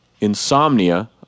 Insomnia